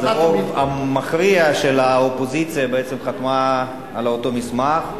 אז הרוב המכריע של חברי האופוזיציה בעצם חתמו על אותו מסמך,